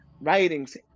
writings